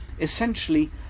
Essentially